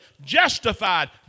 justified